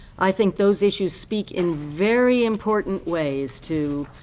i think those issues speak in very important ways to